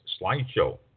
slideshow